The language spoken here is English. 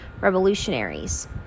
revolutionaries